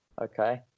Okay